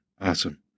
Awesome